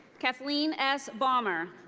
kathleen s. baumer.